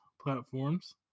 platforms